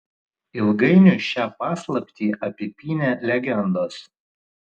ilgainiui šią paslaptį apipynė legendos